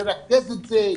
לרכז את זה,